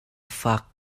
faak